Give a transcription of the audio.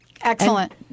Excellent